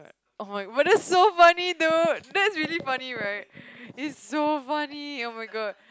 [oh]-my but that's so funny dude that's really funny right it's so funny [oh]-my-god